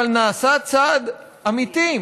אבל נעשה צעד אמיתי,